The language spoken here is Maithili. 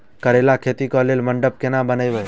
करेला खेती कऽ लेल मंडप केना बनैबे?